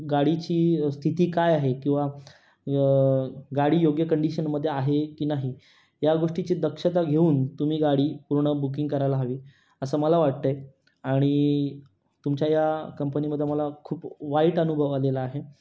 गाडीची स्थिती काय आहे किंवा गाडी योग्य कंडीशनमध्ये आहे की नाही या गोष्टीची दक्षता घेऊन तुम्ही गाडी पूर्ण बुकिंग करायला हवी असं मला वाटतं आहे आणि तुमच्या या कंपनीमध्ये मला खूप वाईट अनुभव आलेला आहे